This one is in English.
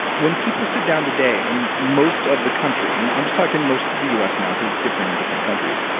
when people sit down today in most of the country. and i'm just talking most of the us now because it's different in different countries.